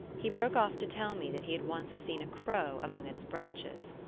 he broke off to tell me that he had once seen a crow among its branches.